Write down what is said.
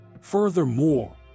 Furthermore